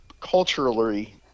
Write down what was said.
culturally